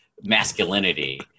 masculinity